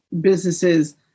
businesses